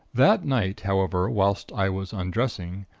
that night, however, whilst i was undressing,